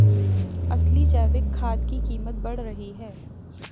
असली जैविक खाद की कीमत बढ़ रही है